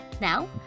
Now